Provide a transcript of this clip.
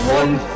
one